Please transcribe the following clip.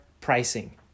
pricing